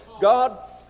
God